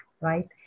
right